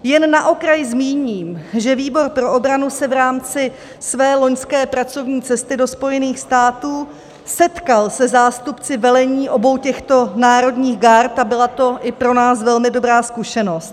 Jen na okraj zmíním, že výbor pro obranu se v rámci své loňské pracovní cesty do Spojených států setkal se zástupci velení obou těchto národních gard a byla to i pro nás velmi dobrá zkušenost.